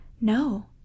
No